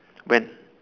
when